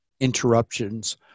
interruptions